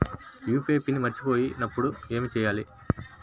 UPI PIN మరచిపోయినప్పుడు ఏమి చేయాలి?